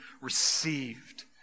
received